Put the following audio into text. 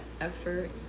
effort